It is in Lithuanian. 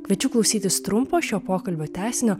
kviečiu klausytis trumpo šio pokalbio tęsinio